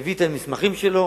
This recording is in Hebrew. יביא את המסמכים שלו,